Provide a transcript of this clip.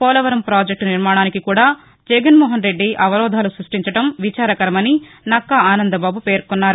Polavaram project నిర్మాణానికి కూడా జగన్మోహనరెడ్డి అవరోధాలు స్పష్ణించడం విచారకరమని నక్కా ఆనందబాబు పేర్కొన్నారు